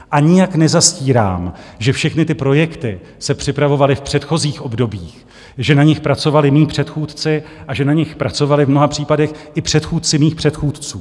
A nijak nezastírám, že všechny ty projekty se připravovaly v předchozích obdobích, že na nich pracovali mí předchůdci a že na nich pracovali v mnoha případech i předchůdci mých předchůdců.